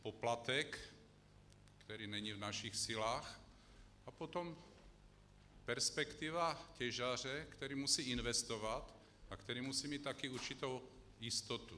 Poplatek, který není v našich silách, a potom perspektiva těžaře, který musí investovat a který musí mít také určitou jistotu.